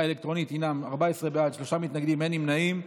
האלקטרונית הן 14 בעד, שלושה מתנגדים, אין נמנעים.